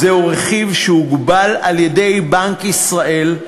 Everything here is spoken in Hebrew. זהו רכיב שהוגבל על-ידי בנק ישראל,